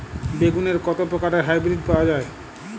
বেগুনের কত প্রকারের হাইব্রীড পাওয়া যায়?